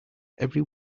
every